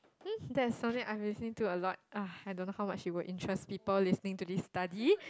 mm that's something I've been listening to a lot ugh I don't know how much it will interest people listening to this study